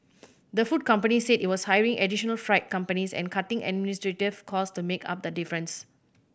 the food company said it was hiring additional freight companies and cutting administrative cost to make up the difference